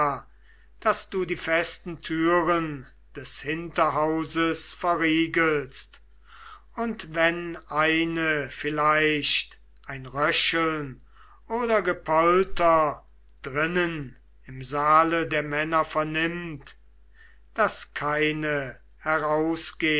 daß sie die festen türen des hinterhauses verriegeln und wenn eine vielleicht ein röcheln oder gepolter drinnen im saale der männer vernimmt daß keine herausgeh